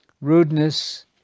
rudeness